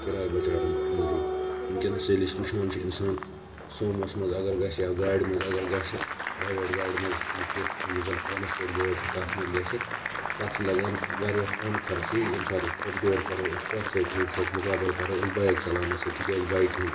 کِراے بَچاونہٕ موٗجوب وٕنکیٚنَس ییٚلہِ أسۍ وٕچھان چھِ اِنسان سومُوَس مَنٛز اَگَر گَژھِ یا گاڑِ مَنٛز اَگَر گَژھِ پریویٹ گاڑِ مَنٛز نہٕ کینٛہہ یُس زَن ٹرانسپوٹ گٲڑ چھِ تَتھ مَنٛز گَژھِ تَتھ چھِ لَگان واریاہ کم خَرچہِ یمہِ ساتہٕ أسۍ کَمپیر کَرَو أسۍ کتھ سۭتۍ یمہِ ساتہٕ مُقابل کَرَو أسۍ بایک چَلاونَس سۭتۍ تکیاز بایکہِ ہُنٛد